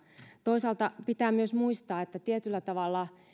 toisaalta pitää myös muistaa että tietyllä tavalla